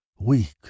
Weak